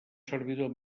servidor